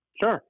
Sure